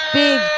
big